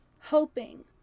hoping